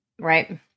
right